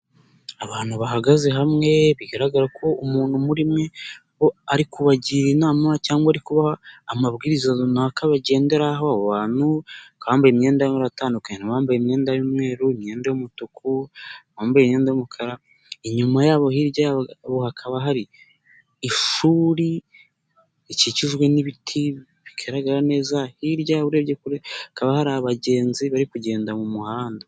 Abantu bahagaze hamwe bigaragara ko umuntu muri mwe ari kubagira inama cyangwa ari kubaha amabwiriza runaka bagenderaho, abo abantu bambaye imyenda y'amabara atandukanye, hari abambaye imyenda y'umweru. imyenda y'umutuku wambaye imyenda y'umukara, inyuma yabo hirya hakaba hari ishuri rikikijwe n'ibiti bigaragara neza, hirya urebye kure hakaba hari abagenzi bari kugenda mu muhanda.